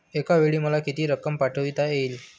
एकावेळी मला किती रक्कम पाठविता येईल?